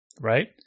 Right